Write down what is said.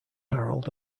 harold